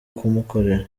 kumukorera